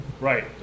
Right